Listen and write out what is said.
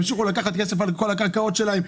ימשיכו לקחת כסף על כל הקרקעות שלהם.